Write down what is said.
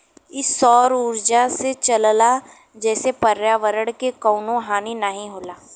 इ सौर उर्जा से चलला जेसे पर्यावरण के कउनो हानि नाही होला